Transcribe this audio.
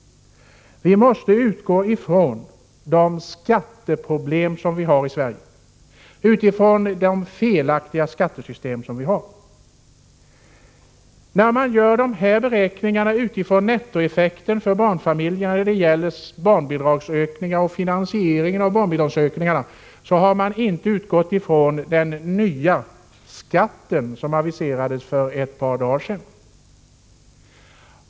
Vi måste utgå från de skatteproblem som finns i Sverige, med det felaktiga skattesystem vi har. När man beräknar nettoeffekten för barnfamiljerna av barnbidragsökningarna och finansieringen av dessa har man inte utgått från de nya skatter som aviserades för ett par dagar sedan.